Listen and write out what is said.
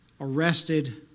arrested